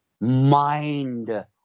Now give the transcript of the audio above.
mind